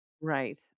right